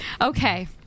Okay